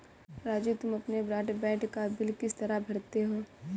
राजू तुम अपने ब्रॉडबैंड का बिल किस तरह भरते हो